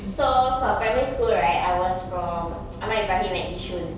so for primary school right I was from ahmad ibrahim at yishun